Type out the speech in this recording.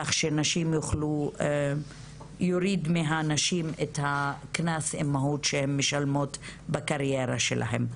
כך שיוריד מהנשים את קנס האימהות שהן משלמות בקריירה שלהן.